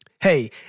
Hey